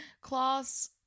class